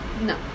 No